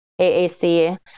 AAC